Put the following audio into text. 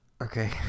Okay